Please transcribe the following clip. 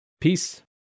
Peace